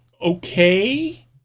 okay